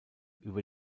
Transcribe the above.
über